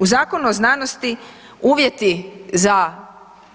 U Zakonu o znanosti uvjeti za